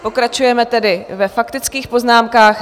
Pokračujeme tedy ve faktických poznámkách.